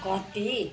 कति